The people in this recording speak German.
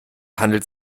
handelt